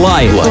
Life